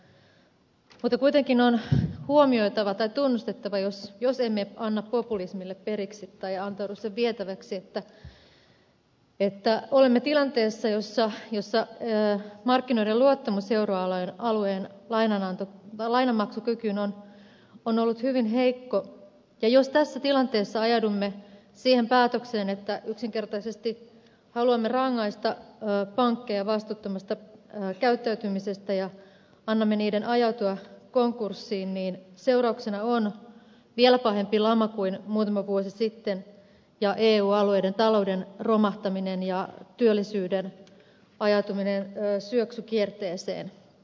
mutta kuitenkin on huomioitava tai tunnustettava jos emme anna populismille periksi tai antaudu sen vietäväksi että olemme tilanteessa jossa markkinoiden luottamus euroalueen lainanmaksukykyyn on ollut hyvin heikko ja jos tässä tilanteessa ajaudumme siihen päätökseen että yksinkertaisesti haluamme rangaista pankkeja vastuuttomasta käyttäytymisestä ja annamme niiden ajautua konkurssiin niin seurauksena on vielä pahempi lama kuin muutama vuosi sitten ja eu alueiden talouden romahtaminen ja työllisyyden ajautuminen syöksykierteeseen